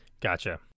Gotcha